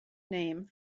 name